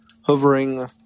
hovering